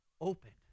opened